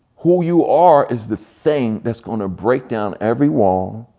who you are is the thing that's gonna break down every wall.